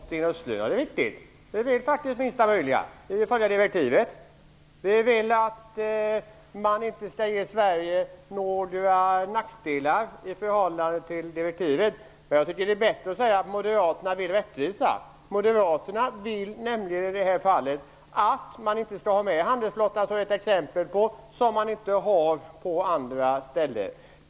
Fru talman! Moderaterna vill minsta möjliga, sade Sten Östlund. Det är riktigt. Vi vill faktiskt minsta möjliga. Vi vill följa direktivet. Vi vill att man inte skall ge Sverige några nackdelar i förhållande till direktivet. Men jag tycker att det är bättre att säga att Moderaterna vill ha rättvisa. Moderaterna vill nämligen i detta fall att man inte skall ha med handelsflottan, som ett exempel, vilket man inte har på andra ställen.